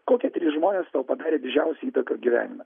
kokie trys žmonės tau padarė didžiausią įtaką gyvenime